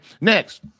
Next